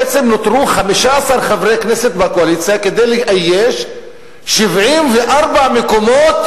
בעצם נותרו 15 חברי כנסת בקואליציה כדי לאייש 74 מקומות